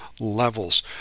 levels